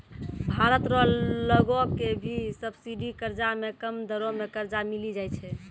भारत रो लगो के भी सब्सिडी कर्जा मे कम दरो मे कर्जा मिली जाय छै